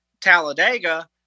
Talladega